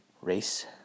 race